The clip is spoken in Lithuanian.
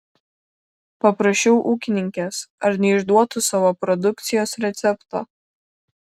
paprašiau ūkininkės ar neišduotų savo produkcijos recepto